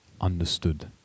understood